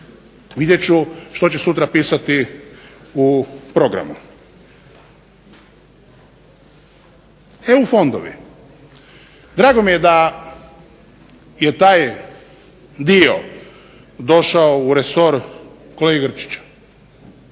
Vidjet ću što će sutra pisati u programu. EU fondovi. Drago mi je da je taj dio došao u resor kolege Grčića,